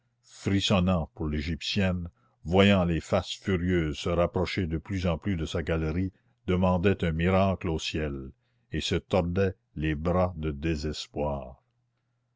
frissonnant pour l'égyptienne voyant les faces furieuses se rapprocher de plus en plus de sa galerie demandait un miracle au ciel et se tordait les bras de désespoir